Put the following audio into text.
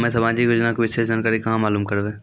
हम्मे समाजिक योजना के विशेष जानकारी कहाँ मालूम करबै?